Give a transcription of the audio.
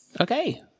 Okay